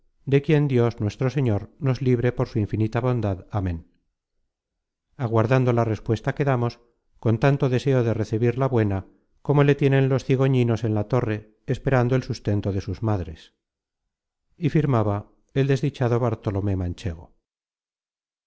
de quien dios nuestro señor nos libre por su infi nita bondad amén aguardando la respuesta quedamos con tanto deseo de recebirla buena como le tienen los cigoñinos en la torre esperando el sustento de sus madres y firmaba el desdichado bartolomé manchego